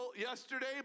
yesterday